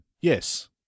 yes